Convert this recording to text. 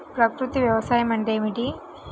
ప్రకృతి వ్యవసాయం అంటే ఏమిటి?